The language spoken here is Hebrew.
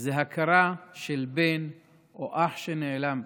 זה הכרה של בן או אח שנעלם,